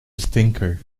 stinker